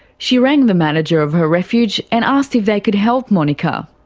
she rang the manager of her refuge and asked if they could help monika.